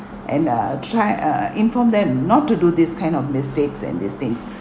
and uh try uh inform them not to do this kind of mistakes and these things